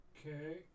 Okay